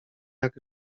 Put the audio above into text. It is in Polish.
jak